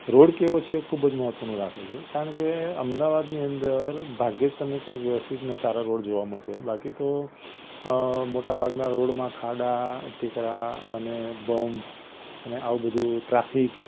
road કેવો છે એ ખૂબ જ મહત્ત્વનું રાખે છે કારણ કે અમદાવાદની અંદર ભાગ્યે જ તમને કંઈક વ્યવસ્થિત અને સારા રોડ જોવા મળશે બાકી તો મોટાભાગના રોડમાં ખાડા ટેકરા અને બમ્પ અને આવું બધું ટ્રાફિક